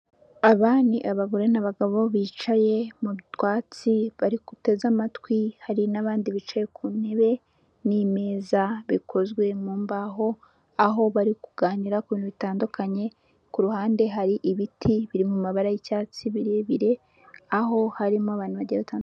Aba ni abagore n'abagabo bicaye mu rwatsi bateze amatwi hari n'abandi bicaye ku ntebe n'imeza bikozwe mu mbaho, aho bari kuganira ku bintu bitandukanye ku ruhande hari ibiti biri mu mabara y'icyatsi birebire aho harimo abantu bagiye batandukanye.